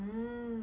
mm